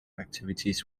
activities